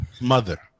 mother